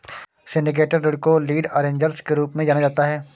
syndicated ऋण को lead arrangers के रूप में जाना जाता है